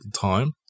time